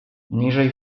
niżej